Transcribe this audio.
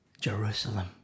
Jerusalem